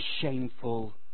shameful